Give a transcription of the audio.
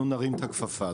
אנחנו נרים את הכפפה.